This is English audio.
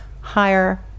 higher